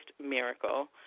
miracle